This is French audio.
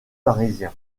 parisien